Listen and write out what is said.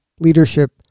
leadership